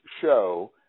show